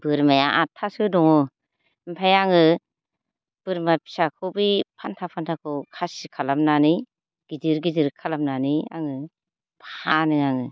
बोरमाया आठथासो दङ ओमफाय आङो बोरमा फिसाखौ बे फानथा फानथाखौ खासि खालामनानै गिदिर गिदिर खालामनानै आङो फानो आङो